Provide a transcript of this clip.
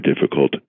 difficult